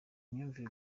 imyumvire